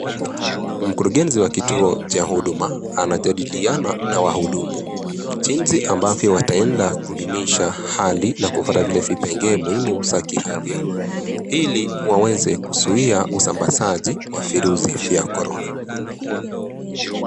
Mkurugenzi wa kituo cha huduma anajadiliana na wahudumu, jizi ambavyo wataenda kudumisha hali na kufaragrefi kipengee muhimu za kiafya hili waweze kuzuia usambazaji wa virusi ya korona.